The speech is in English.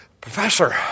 professor